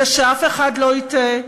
ושאף אחד לא יטעה,